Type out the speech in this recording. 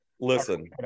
Listen